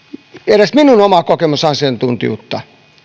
edes minun omaa kokemusasiantuntijuutta